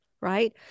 Right